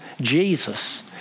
Jesus